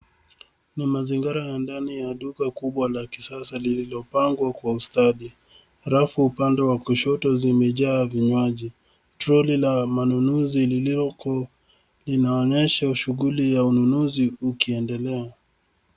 Ni mazingara ya ndani ya duka kubwa la kisasa lililopangwa kwa stadi. Rafu upande wa kushoto zimejaa vinywaji. Troli la manunuzi liloko linaonyesha shughuli ya ununuzi ikiendelea.